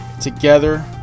together